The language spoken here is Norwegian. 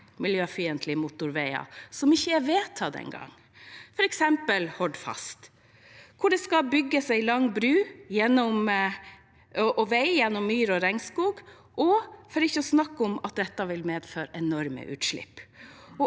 miljøfiendtlige motorveier – som ikke engang er vedtatt. Et eksempel er Hordfast, hvor det skal bygges en lang bru og vei gjennom myr og regnskog – for ikke å snakke om at dette vil medføre enorme utslipp.